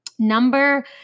Number